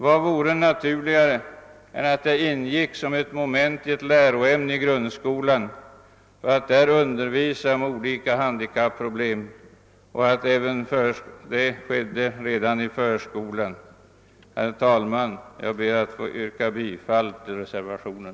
Vad vore då naturligare än att undervisning i olika handikappproblem ingick som ett moment i ett läroämne i grundskolan och att sådan undervisning även meddelades redan i förskolan? Herr talman! Jag ber att få yrka bifall till reservationen.